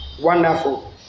Wonderful